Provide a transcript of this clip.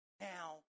Now